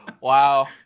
Wow